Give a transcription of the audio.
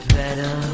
better